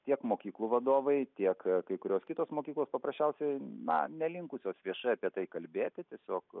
tiek mokyklų vadovai tiek kai kurios kitos mokyklos paprasčiausiai na nelinkusios viešai apie tai kalbėti tiesiog